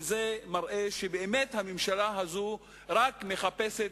וזה מראה שבאמת הממשלה הזאת רק מחפשת